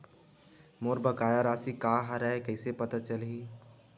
मोर बकाया राशि का हरय कइसे पता चलहि?